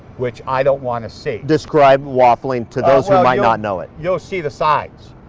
which i don't want to see. describe waffling, to those who might not know it. you'll see the sides,